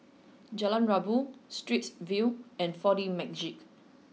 Jalan Rabu Straits View and four D Magix